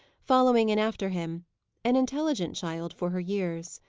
following in after him an intelligent child for her years.